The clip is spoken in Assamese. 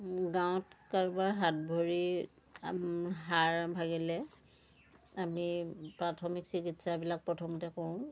গাঁৱত কাৰোবাৰ হাত ভৰি হাড় ভাগিলে আমি প্ৰাথমিক চিকিৎসাবিলাক প্ৰথমতে কৰোঁ